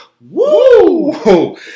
Woo